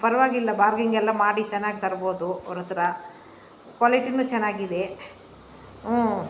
ಪರವಾಗಿಲ್ಲ ಬಾರ್ಗಿಂಗ್ ಎಲ್ಲ ಮಾಡಿ ಚೆನ್ನಾಗಿ ತರ್ಬೋದು ಅವ್ರ ಹತ್ರ ಕ್ವಾಲಿಟಿನು ಚೆನ್ನಾಗಿದೆ ಊಂ